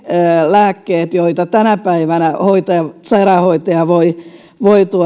lääkkeet joita tänä päivänä sairaanhoitaja voi